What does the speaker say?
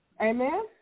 Amen